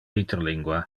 interlingua